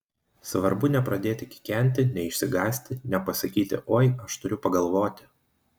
svarbu nepradėti kikenti neišsigąsti nepasakyti oi aš turiu pagalvoti